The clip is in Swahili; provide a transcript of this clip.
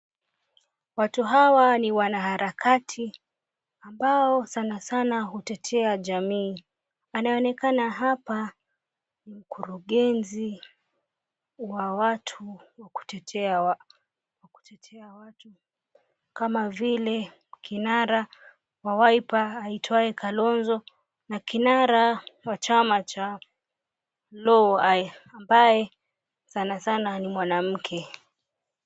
Watu hawa ni wana harakati ambao sana sana hutetea jamii. Anayeonekana hapa ni mkurungenzi wa watu wa kutetea watu kama vile kinara wa Wiper aitwaye Kalonzo na kinara wa chama Law ambaye sana sana ni mwanamke.